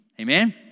Amen